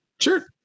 sure